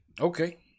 Okay